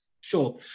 sure